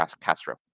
Castro